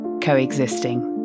Coexisting